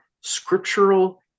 scriptural